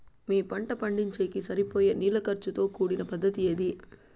మీ పంట పండించేకి సరిపోయే నీళ్ల ఖర్చు తో కూడిన పద్ధతి ఏది?